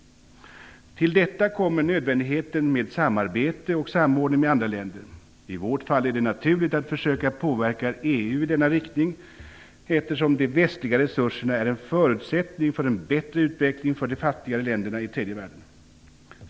Till detta kommer nödvändigheten med samarbete och samordning med andra länder. I vårt fall är det naturligt att försöka påverka EU i denna riktning, eftersom de västliga resurserna är en förutsättning för en bättre utveckling för de fattigare länderna i tredje världen.